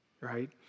right